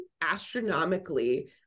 astronomically